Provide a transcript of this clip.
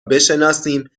بشناسیم